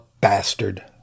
bastard